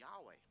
Yahweh